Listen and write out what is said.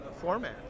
format